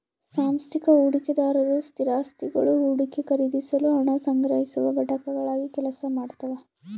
ಸಾಂಸ್ಥಿಕ ಹೂಡಿಕೆದಾರರು ಸ್ಥಿರಾಸ್ತಿಗುಳು ಹೂಡಿಕೆ ಖರೀದಿಸಲು ಹಣ ಸಂಗ್ರಹಿಸುವ ಘಟಕಗಳಾಗಿ ಕೆಲಸ ಮಾಡ್ತವ